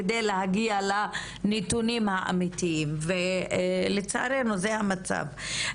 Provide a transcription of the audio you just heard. על מנת להגיע אל הנתונים האמתיים ולצערנו זה המצב.